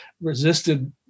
resisted